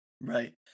Right